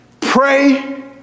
Pray